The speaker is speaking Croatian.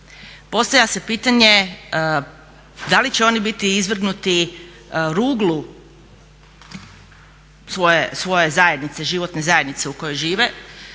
Postavlja se pitanje da li će oni biti izvrgnuti ruglu svoje zajednice, životne zajednice u kojoj žive,